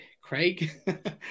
Craig